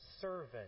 servant